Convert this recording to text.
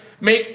Make